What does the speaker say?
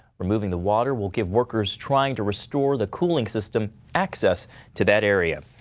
removing the water will give workers trying to restore the cooling system access to that area.